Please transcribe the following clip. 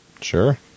sure